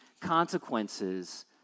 consequences